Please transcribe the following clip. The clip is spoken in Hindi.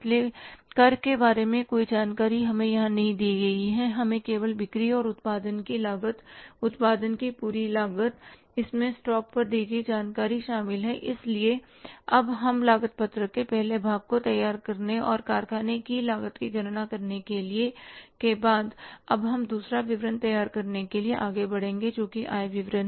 इसलिए कर के बारे में कोई जानकारी हमें यहां नहीं दी गई है हमें केवल बिक्री और उत्पादन की लागत उत्पादन की पूरी लागत इसमें स्टॉक पर दी गई जानकारी शामिल है इसलिए अब हम लागत पत्रक के पहले भाग को तैयार करने और कारखाने की लागत की गणना करने के बाद अब हम दूसरा विवरण तैयार करने के लिए आगे बढ़ेंगे जो कि आय विवरण है